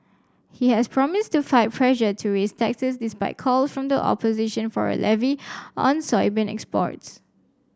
he has promised to fight pressure to raise taxes despite call from the opposition for a levy on soybean exports